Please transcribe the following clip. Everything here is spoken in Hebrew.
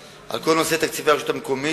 על כל הנושא התקציבי של הרשויות המקומיות,